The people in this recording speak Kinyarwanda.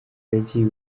yagiye